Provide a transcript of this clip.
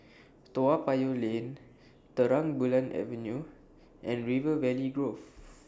Toa Payoh Lane Terang Bulan Avenue and River Valley Grove